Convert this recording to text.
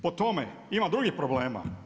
Po tome ima drugih problema.